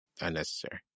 Unnecessary